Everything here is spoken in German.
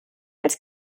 als